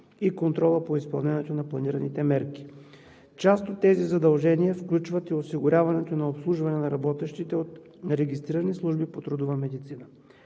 и контрола по изпълнението на планираните мерки. Част от тези задължения включват и осигуряването на обслужване на работещите от регистрирани служби по трудова медицина.